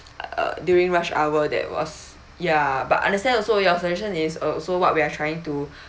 uh during rush hour that was ya but understand also your frustration is uh also what we are trying to